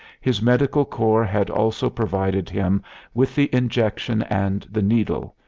his medical corps had also provided him with the injection and the needle,